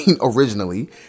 originally